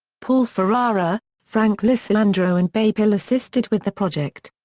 paul ferrara, frank lisciandro and babe hill assisted with the project.